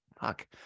Fuck